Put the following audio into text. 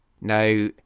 Now